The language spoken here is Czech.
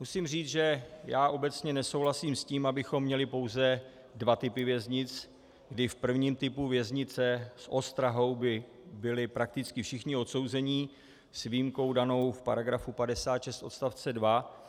Musím říct, že já obecně nesouhlasím s tím, abychom měli pouze dva typy věznic, kdy v prvním typu věznice s ostrahou by byli prakticky všichni odsouzení s výjimkou danou v § 56 odst. 2